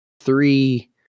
three